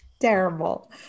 Terrible